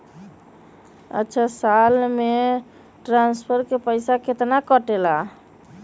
अछा साल मे ट्रांसफर के पैसा केतना कटेला?